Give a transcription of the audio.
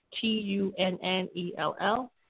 T-U-N-N-E-L-L